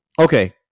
Okay